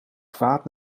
kwaad